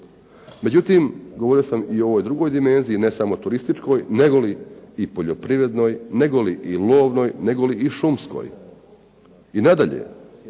Međutim, govorio sam i o ovoj drugoj dimenziji, ne samo turističkoj, nego li i poljoprivrednoj, nego li i lovnoj, nego li i šumskoj. I nadalje,